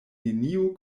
neniu